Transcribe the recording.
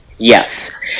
Yes